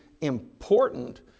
important